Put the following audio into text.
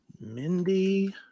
Mindy